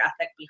ethic